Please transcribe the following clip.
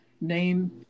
name